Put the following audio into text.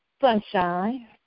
Sunshine